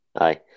Aye